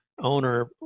owner